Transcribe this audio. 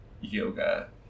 yoga